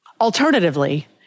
Alternatively